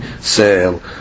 sale